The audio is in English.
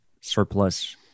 surplus